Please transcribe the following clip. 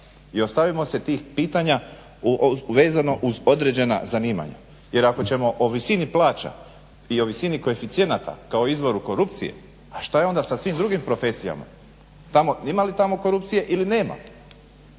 I ostavimo se tih pitanja vezano uz određena zanimanja, jer ako ćemo o visini plaća i o visini koeficijenata kao izvoru korupcije, a šta je onda sa svim drugim profesijama? Ima li tamo korupcije ili nema?